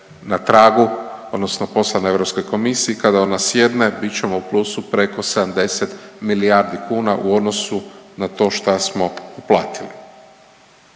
na tragu odnosno poslana Europskoj komisiji. Kada ona sjedne bit ćemo u plusu preko 70 milijardi kuna u odnosu na to šta smo uplatili.